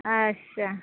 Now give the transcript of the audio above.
अच्छा